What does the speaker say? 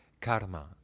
karma